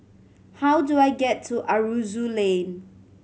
how do I get to Aroozoo Lane